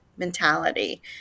mentality